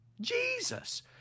Jesus